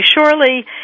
surely